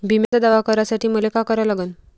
बिम्याचा दावा करा साठी मले का करा लागन?